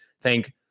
Thank